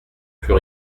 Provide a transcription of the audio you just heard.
plus